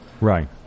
right